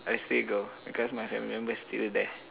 I still go because my family members still the best